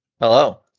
Hello